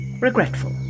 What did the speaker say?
regretful